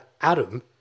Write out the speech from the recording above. Adam